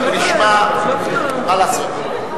נשמע מה לעשות.